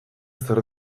zer